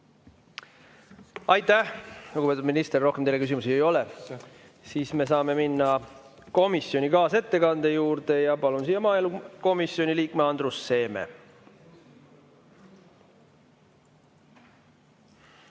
Aitäh, lugupeetud minister! Rohkem teile küsimusi ei ole. Me saame minna komisjoni kaasettekande juurde. Palun siia maaelukomisjoni liikme Andrus Seeme.